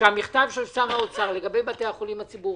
שהמכתב של שר האוצר לגבי בתי החולים הציבוריים,